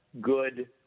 good